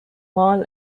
marl